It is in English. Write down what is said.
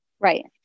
Right